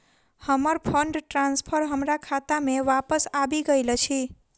हमर fund transfer हमर खाता मे बापस आबि गइल अछि